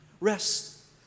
Rest